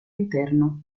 interno